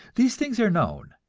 these things are known,